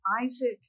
Isaac